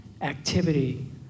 activity